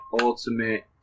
ultimate